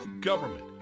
government